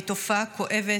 והיא תופעה כואבת,